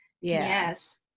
Yes